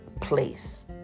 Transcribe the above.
place